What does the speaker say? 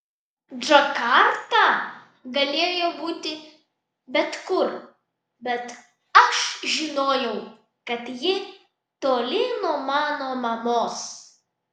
džakarta galėjo būti bet kur bet aš žinojau kad ji toli nuo mano mamos